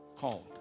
called